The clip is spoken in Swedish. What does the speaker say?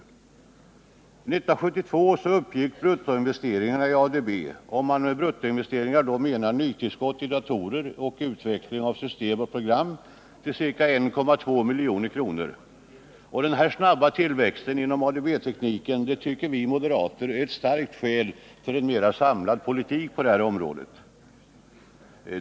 1972 uppgick bruttoinvesteringarna i ADB, om man med bruttoinvesteringar menar nytillskott i datorer och utveckling av system och program, till ca 1,2 miljarder kronor. Denna snabba tillväxt inom ADB tekniken tycker vi moderater är ett starkt skäl för en mera samlad politik på detta område.